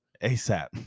ASAP